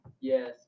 yes